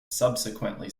subsequently